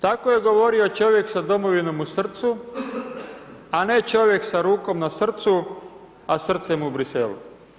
Tako je govorio čovjek sa domovinom u srcu, a ne čovjek sa rukom na srcu, a srcem u Bruxellesu.